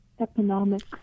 economics